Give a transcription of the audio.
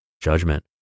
judgment